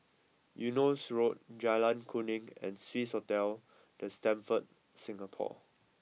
Eunos Road Jalan Kuning and Swissotel The Stamford Singapore